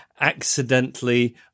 accidentally